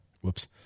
Whoops